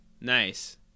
Nice